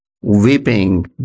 weeping